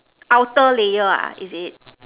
outer later is it